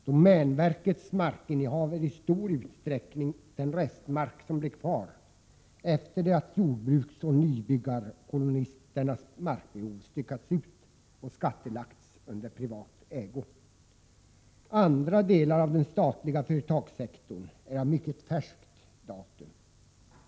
Domänverkets markinnehav är i stor utsträckning den restmark som blev kvar efter det att jordbruksoch nybyggarkolonisternas markbehov styckats ut och skattelagts under privat ägo. Andra delar av den statliga företagssektorn är av mycket färskt datum.